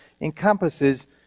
encompasses